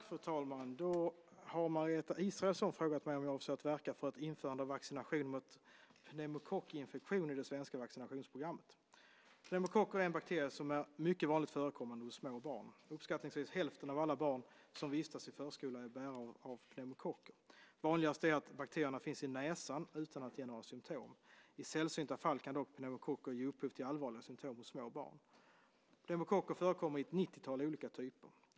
Fru talman! Margareta Israelsson har frågat mig om jag avser att verka för ett införande av vaccination mot pneumokockinfektion i det svenska vaccinationsprogrammet. Pneumokocker är en bakterie som är mycket vanligt förekommande hos små barn. Uppskattningsvis hälften av alla barn som vistas i förskola är bärare av pneumokocker. Vanligast är att bakterierna finns i näsan utan att ge några symtom. I sällsynta fall kan dock pneumokocker ge upphov till allvarliga symtom hos små barn. Pneumokocker förekommer i ett 90-tal olika typer.